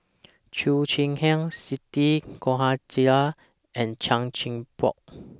Cheo Chai Hiang Siti Khalijah and Chan Chin Bock